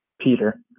Peter